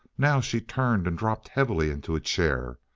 now she turned and dropped heavily into a chair,